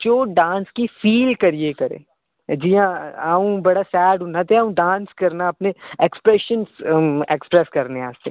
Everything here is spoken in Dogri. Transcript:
जो डांस गी फील करियै करै जि'यां अ'ऊं बड़ा सैड होना ते अ'ऊं डांस करना अपने एक्सप्रैशन्ज़ एक्सप्रैस करने आस्तै